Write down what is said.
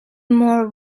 more